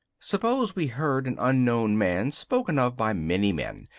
suppose we heard an unknown man spoken of by many men.